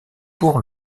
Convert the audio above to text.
pour